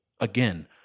again